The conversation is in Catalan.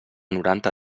noranta